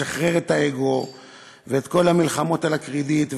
לשחרר את האגו ואת כל המלחמות על הקרדיט,